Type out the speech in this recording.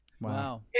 Wow